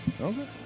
Okay